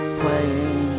playing